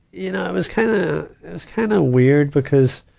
you know, it was kinda, it was kinda weird because,